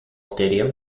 stadium